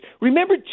Remember